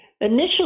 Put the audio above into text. initially